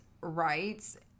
rights